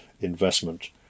investment